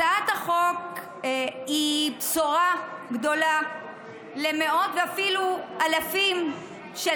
הצעת החוק היא בשורה גדולה למאות ואפילו אלפים של